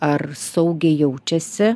ar saugiai jaučiasi